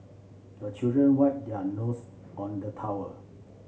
the children wipe their nose on the towel